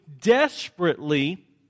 desperately